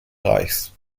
reichs